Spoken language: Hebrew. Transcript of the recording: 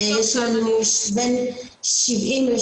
מתוך כמה?